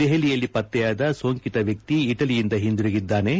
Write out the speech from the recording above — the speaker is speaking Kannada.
ದೆಹಲಿಯಲ್ಲಿ ಪತ್ತೆಯಾದ ಸೋಂಕಿತ ವ್ಯಕ್ತಿ ಇಟಲಿಯಿಂದ ಹಿಂತಿರುಗಿದ್ದಾನೆ